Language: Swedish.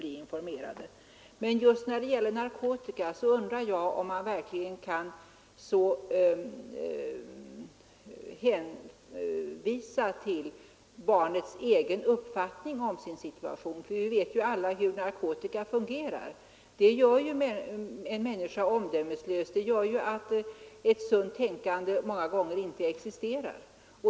Men jag undrar om man just när det gäller narkotika kan hänvisa till elevens egen uppfattning om sin situation. Vi vet ju alla hur narkotika verkar. Den gör en människa omdömeslös, den gör att ett sunt tänkande många gånger inte existerar.